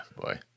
boy